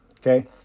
Okay